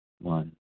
one